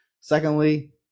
Secondly